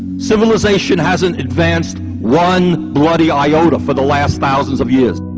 civilization has an advanced one bloody iota for the last thousands of years.